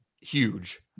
huge